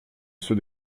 ceux